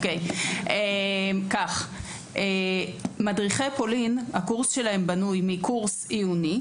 מדים; הילד בנוי יותר,